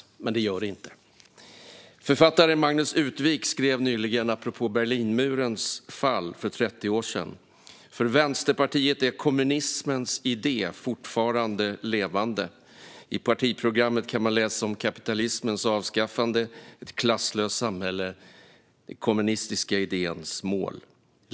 Det gör det dock inte. Författaren Magnus Utvik skrev nyligen, apropå Berlinmurens fall för 30 år sedan, att kommunismens idé fortfarande är levande för Vänsterpartiet. I partiprogrammet kan man läsa om kapitalismens avskaffande och ett klasslöst samhälle - den kommunistiska idéns mål.